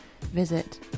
visit